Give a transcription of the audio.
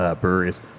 breweries